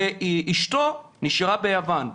ואשתו נשארה ביוון.